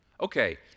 Okay